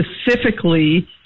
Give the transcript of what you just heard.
specifically